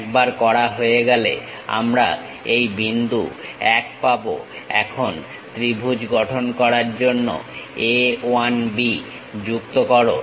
একবার করা হয়ে গেলে আমরা এই বিন্দু 1 পাবো এখন ত্রিভুজ গঠন করার জন্য A 1 B যুক্ত করো